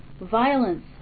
Violence